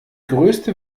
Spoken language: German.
größte